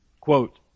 Quote